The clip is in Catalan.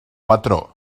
patró